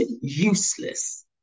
useless